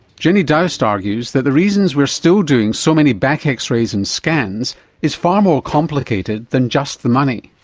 jenny doust argues that the reasons we are still doing so many back x-rays and scans is far more complicated than just the money.